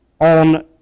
on